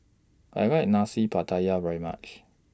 I like Nasi Pattaya very much